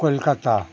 Kolkata